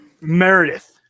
Meredith